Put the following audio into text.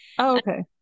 Okay